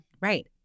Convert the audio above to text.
Right